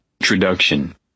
Introduction